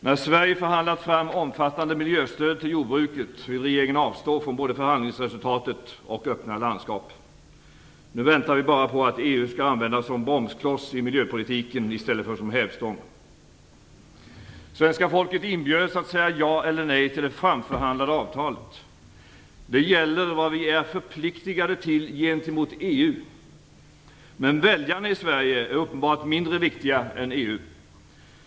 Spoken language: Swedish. När Sverige förhandlat fram omfattande miljöstöd till jordbruket vill regeringen avstå från både förhandlingsresultatet och öppna landskap. Nu väntar vi bara på att EU skall användas som bromskloss i miljöpolitiken i stället för som hävstång. Svenska folket inbjöds att säga ja eller nej till det framförhandlade avtalet. Det gäller vad vi är förpliktigade till gentemot EU. Men väljarna i Sverige är uppenbarligen mindre viktiga än EU.